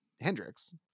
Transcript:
Hendrix